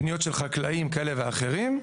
פניות של חקלאים כאלה ואחרים,